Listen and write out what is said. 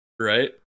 right